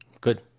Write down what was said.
good